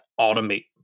automate